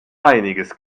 einiges